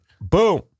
Boom